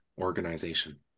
organization